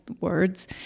words